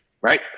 right